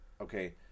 okay